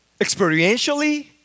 experientially